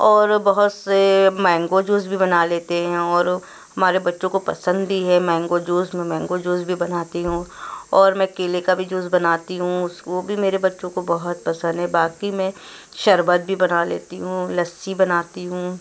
اور بہت سے مینگو جوس بھی بنا لیتے ہیں اور ہمارے بچوں کو پسند بھی ہے مینگو جوس میں مینگو جوس بھی بناتی ہوں اور میں کیلے کا بھی جوس بناتی ہوں اس وہ بھی میرے بچوں کو بہت پسند ہے باقی میں شربت بھی بنا لیتی ہوں لسی بناتی ہوں